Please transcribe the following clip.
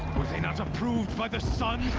not approved by the sun.